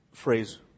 phrase